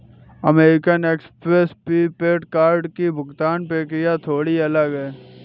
American Express prepaid card की भुगतान प्रक्रिया थोड़ी अलग है